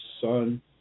son